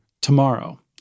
tomorrow